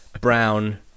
brown